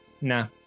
nah